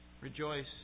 Rejoice